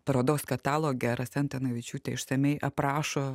parodos kataloge rasa antanavičiūtė išsamiai aprašo